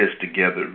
together